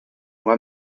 moi